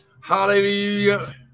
Hallelujah